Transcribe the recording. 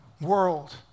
world